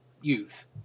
youth